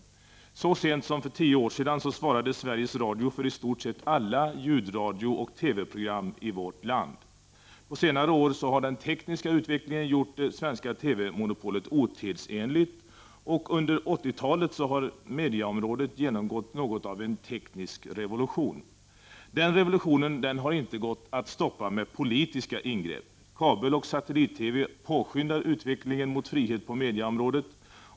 Så sent som för tio år sedan svarade Sveriges Radio för i stort sett alla ljudradiooch TV program i vårt land. På senare år har den tekniska utvecklingen gjort det svenska TV-monopolet otidsenligt. Under 1980-talet har mediaområdet genomgått något av en teknisk revolution. Denna revolution har inte gått att stoppa med politiska ingrepp. Kabeloch satellit-TV påskyndar utvecklingen mot frihet på mediaområdet.